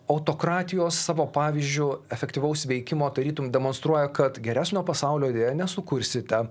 autokratijos savo pavyzdžiu efektyvaus veikimo tarytum demonstruoja kad geresnio pasaulio deja nesukursite